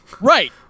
Right